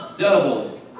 Double